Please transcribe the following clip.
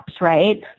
right